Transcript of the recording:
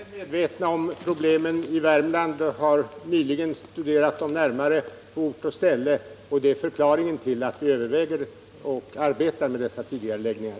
Herr talman! Vi är väl medvetna om problemen i Värmland och har nyligen studerat dem närmare på ort och ställe. Det är förklaringen till att vi överväger och arbetar med dessa tidigareläggningar.